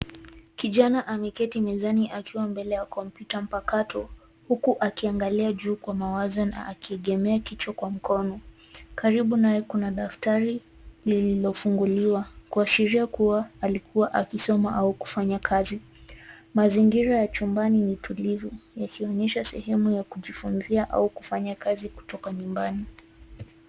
Kijana ameketi mezani akiwa mbele ya kompyuta mpakato uku akiangalia juu kwa mawazo na akiegemea kichwa kwa mkono. Karibu naye kuna daftari lililofunguliwa kuashiria kuwa alikua akisoma au kufanya kazi. Mazingira ya chumbani ni tulivu yakionyesha sehemu ya kujifuzia au kufanya kazi kutoka nyumbani.